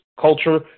culture